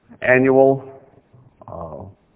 annual